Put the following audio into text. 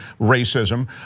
racism